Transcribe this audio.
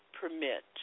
permit